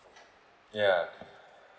yeah